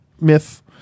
myth